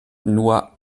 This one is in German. nur